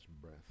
breath